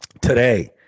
today